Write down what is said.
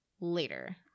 later